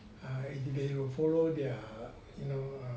you follow their you know